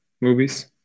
movies